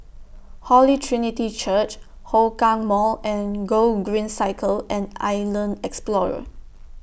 Holy Trinity Church Hougang Mall and Gogreen Cycle and Island Explorer